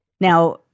Now